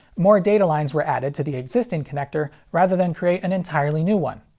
more data lines were added to the existing connector, rather than create an entirely new one.